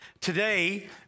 Today